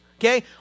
okay